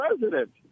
president